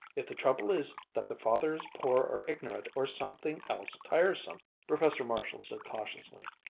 if the trouble is that the father is poor or ignorant or something else tiresome. professor marshall said cautiously,